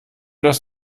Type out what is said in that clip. dass